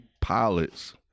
pilots